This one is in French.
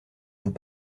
vous